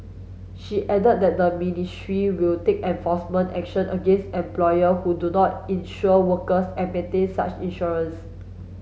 she added that the ministry will take enforcement action against employer who do not insure workers and maintain such insurance